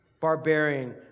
barbarian